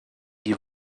die